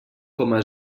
coma